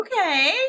Okay